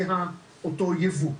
אותו ייבוא.